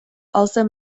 also